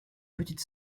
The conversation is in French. petite